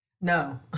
No